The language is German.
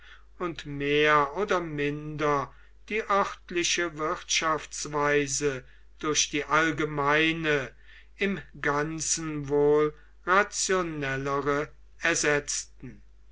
und mehr oder minder die örtliche wirtschaftsweise durch die allgemeine im ganzen wohl rationellere ersetzten